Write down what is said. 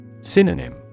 Synonym